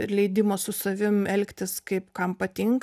ir leidimo su savim elgtis kaip kam patinka